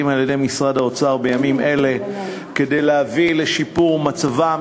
על-ידי משרד האוצר בימים אלה כדי להביא לשיפור מצבם